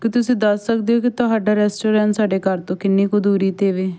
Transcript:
ਕੀ ਤੁਸੀਂ ਦੱਸ ਸਕਦੇ ਹੋ ਕਿ ਤੁਹਾਡਾ ਰੈਸਟੋਰੈਂ ਸਾਡੇ ਘਰ ਤੋਂ ਕਿੰਨੀ ਕੁ ਦੂਰੀ 'ਤੇ ਵੇ